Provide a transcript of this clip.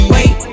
Wait